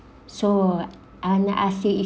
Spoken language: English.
so and I say